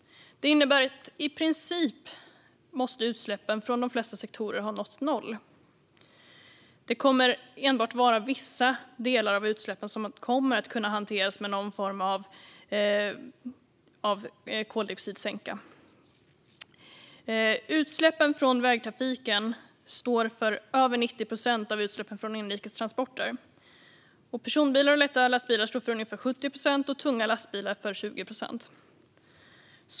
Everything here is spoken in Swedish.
Det innebär att utsläppen från de flesta sektorer måste ha nått i princip noll. Det är enbart vissa delar av utsläppen som kommer att kunna hanteras med någon form av koldioxidsänka. Utsläppen från vägtrafiken står för över 90 procent av utsläppen från inrikes transporter. Personbilar och lätta lastbilar står för ungefär 70 procent, och tunga lastbilar står för 20 procent.